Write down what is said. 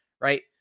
right